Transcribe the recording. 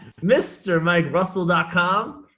MrMikeRussell.com